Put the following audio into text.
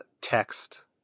text